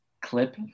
clip